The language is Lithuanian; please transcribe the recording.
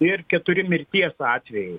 ir keturi mirties atvejai